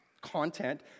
content